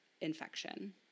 infection